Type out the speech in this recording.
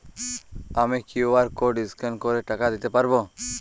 আমি QR code scan করে টাকা দিতে পারবো?